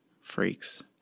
Freaks